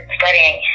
studying